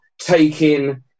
taking